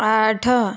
ଆଠ